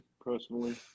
personally